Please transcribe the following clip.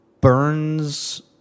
Burns